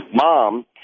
mom